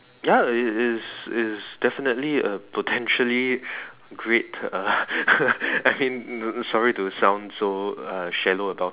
ya it's it's it's it's definitely a potentially great uh I mean sorry to sound uh so shallow about